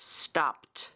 stopped